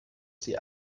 sie